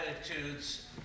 attitudes